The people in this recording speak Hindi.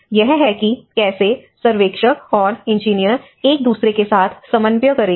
यह है कि कैसे सर्वेक्षक और इंजीनियर एक दूसरे के साथ समन्वय करेंगे